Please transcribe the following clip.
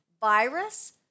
virus